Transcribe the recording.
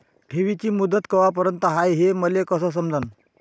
ठेवीची मुदत कवापर्यंत हाय हे मले कस समजन?